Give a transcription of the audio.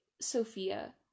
Sophia